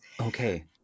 Okay